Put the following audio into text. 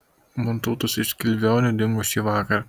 montautas iš skilvionių dingo šįvakar